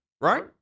Right